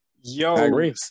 Yo